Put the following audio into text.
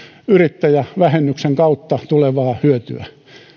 yrittäjävähennyksen kautta tulevaa hyötyä